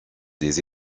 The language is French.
des